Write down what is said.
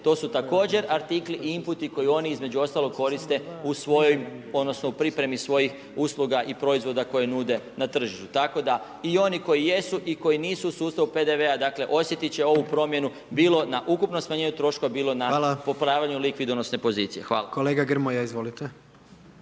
to su također artikli i inputi koji oni između ostalog koriste u svojoj odnosno u pripremi svojih usluga i proizvoda koje nude na tržištu. Tako da i oni koji jesu i koji nisu u sustavu PDV-a osjetit će ovu promjenu bilo na ukupno smanjenje troškova bilo na popravljanju likvidonosne pozicije. Hvala. **Jandroković,